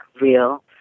real